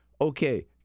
Okay